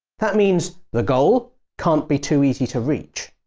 that means the goal can't be too easy to reach.